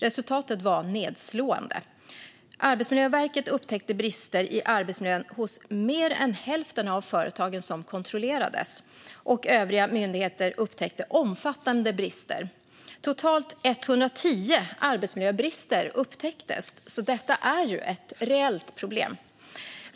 Resultatet var nedslående. Arbetsmiljöverket upptäckte brister i arbetsmiljön hos mer än hälften av de företag som kontrollerades, och övriga myndigheter upptäckte omfattande brister. Totalt 110 arbetsmiljöbrister upptäcktes. Detta är alltså ett reellt problem.